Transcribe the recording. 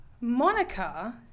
Monica